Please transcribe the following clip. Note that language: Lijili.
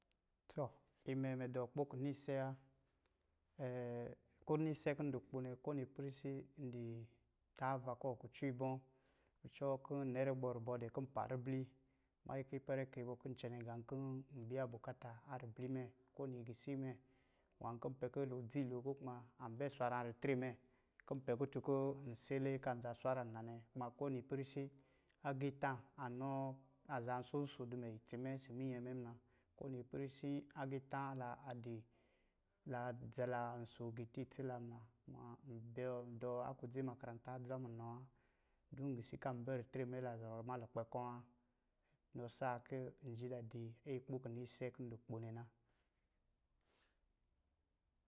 Tɔ, imɛ mɛ dɔ kpokina ise wa ko ni ise kɔ̄ n di kpo nɛ, ko nipɛrisi n di taava kɔ kucɔ ibɔ̄, ko nipɛrisi n di taava kɔ kucɔ ibɔ̄, kucɔ kɔ̄ nɛrɛ gbɔ rubɔ dɛ kɔ̄ pa ribli, manyi ki ipɛrɛ kɛyi bɔ kɔ̄ cɛnɛ gā kɔ̄ n biya bukata a ribli mɛ ko ni gisi mɛ nwā kɔ̄ pɛ kɔ̄ lidzi lo ko kuma an bɛ swaram ritre mɛ, kɔ̄ pɛ kutu kɔ̄ n sɛlɛ kan za swaram na nɛ. Kuma ko nipɛrisi, agiitā anɔɔ, a zan nsonso di mɛ itsi isi minyɛ mɛ muna ko nipɛrisi, agiitā la a di la zala nso giiti itsi la ma, kuma n dɔɔ aklodzi makaranta adza munɔ wa. Dum gisi kan bɛ ritre mɛ, la zɔrɔ ma lukpɛ kɔ̄ wa. Inɔ saa ki nji dadi ikpokina ise kɔ̄ n di kpo nɛ na.